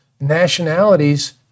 nationalities